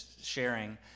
sharing